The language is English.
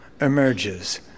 emerges